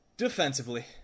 Defensively